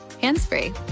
hands-free